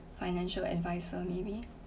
financial advisor maybe